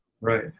Right